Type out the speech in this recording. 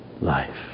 life